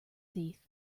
thief